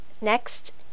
Next